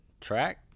track